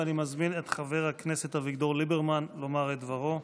ואני מזמין את חבר הכנסת אביגדור ליברמן לומר את דברו.